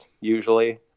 usually